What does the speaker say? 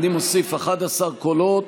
אני מוסיף 11 קולות,